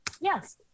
yes